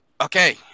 Okay